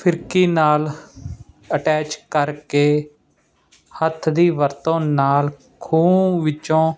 ਫਿਰਕੀ ਨਾਲ ਅਟੈਚ ਕਰਕੇ ਹੱਥ ਦੀ ਵਰਤੋਂ ਨਾਲ ਖੂਹ ਵਿੱਚੋਂ